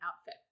outfit